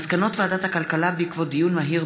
מסקנות ועדת הכלכלה בעקבות דיון מהיר